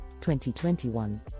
2021